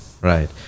Right